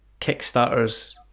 Kickstarters